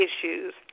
issues